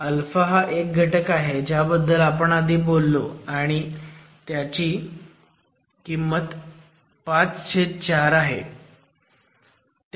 alpha हा एक घटक आहे ज्याबद्दल आपण आधी बोललो आणि त्याची किंमत 54 आहे